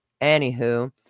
Anywho